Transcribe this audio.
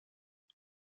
een